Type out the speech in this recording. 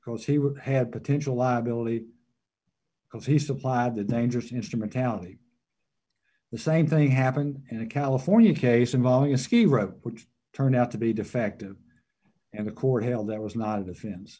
because he would have potential liability because he supplied the dangerous instrumentality the same thing happened in a california case involving a ski rep which turned out to be defective and the court held that was not a fans